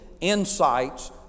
insights